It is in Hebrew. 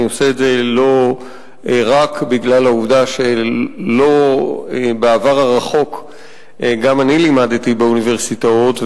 אני עושה את זה לא רק בגלל שלא בעבר הרחוק גם אני לימדתי באוניברסיטאות,